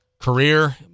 career